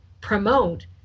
promote